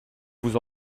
vous